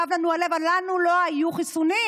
כאב לנו הלב, אבל לנו לא היו חיסונים.